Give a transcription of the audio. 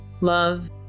love